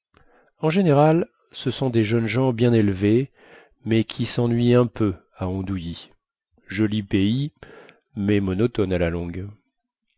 en général ce sont des jeunes gens bien élevés mais qui sennuient un peu à andouilly joli pays mais monotone à la longue